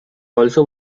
also